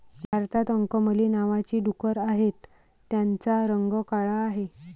भारतात अंकमली नावाची डुकरं आहेत, त्यांचा रंग काळा आहे